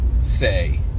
say